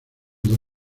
dos